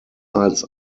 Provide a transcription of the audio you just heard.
als